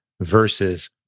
versus